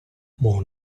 more